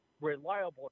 reliable